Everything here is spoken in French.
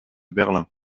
berlin